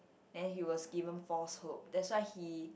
then he was given false hope that's why he